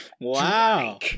Wow